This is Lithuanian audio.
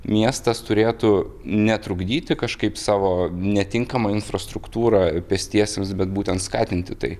miestas turėtų netrukdyti kažkaip savo netinkama infrastruktūra pėstiesiems bet būtent skatinti tai